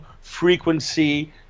frequency